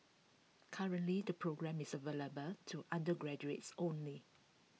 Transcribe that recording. currently the programme is available to undergraduates only